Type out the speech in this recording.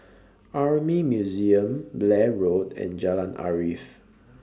Army Museum Blair Road and Jalan Arif